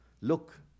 look